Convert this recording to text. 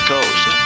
Coast